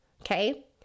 Okay